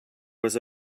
was